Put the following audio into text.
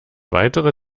weitere